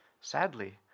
sadly